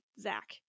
Zach